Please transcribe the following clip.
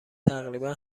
تقریبا